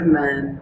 men